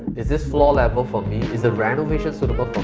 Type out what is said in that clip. is this floor level for me? is the renovations suitable